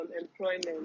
employment